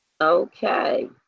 Okay